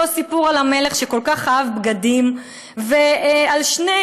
אותו סיפור על המלך שכל כך אהב בגדים ועל שני